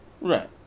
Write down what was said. Right